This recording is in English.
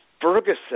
Ferguson